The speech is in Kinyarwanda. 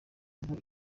ngo